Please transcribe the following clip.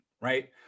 right